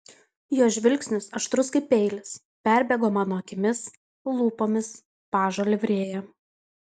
jo žvilgsnis aštrus kaip peilis perbėgo mano akimis lūpomis pažo livrėja